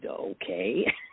okay